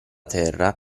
terra